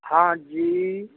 ਹਾਂਜੀ